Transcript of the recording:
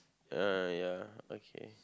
uh ya okay